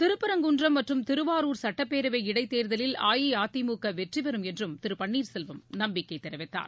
திருப்பரங்குன்றம் மற்றும் திருவாரூர் சுட்டப்பேரவை இடைத்தேர்தலில் அஇஅதிமுகவெற்றிபெறும் என்றும் திருபன்னீர் செல்வம் நம்பிக்கைதெரிவித்தார்